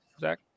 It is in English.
Zach